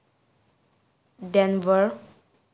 denver